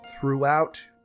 throughout